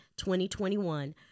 2021